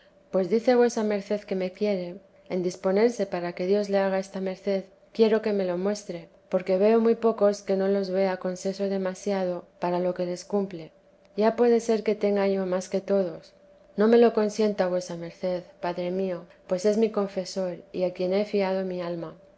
pues dice vuesa merced que me quiere en disponerse para que dios le haga esta merced quiero que me lo muestre porque veo muy pocos que no los vea con seso demasiado para lo que les cumple ya puede ser que tenga yo más que todos no me lo conteresa de jesús sienta vuesa merced padre mío pues es mi confesor y a qui en he fiado mi alma